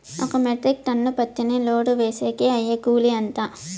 ఒక metric ton పత్తిని load వేసేకి అయ్యే కూలి ఎంత?